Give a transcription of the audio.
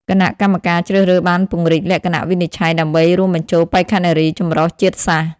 គណៈកម្មការជ្រើសរើសបានពង្រីកលក្ខណៈវិនិច្ឆ័យដើម្បីរួមបញ្ចូលបេក្ខនារីចម្រុះជាតិសាសន៍។